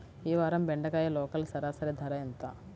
ఈ వారం బెండకాయ లోకల్ సరాసరి ధర ఎంత?